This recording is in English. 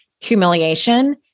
humiliation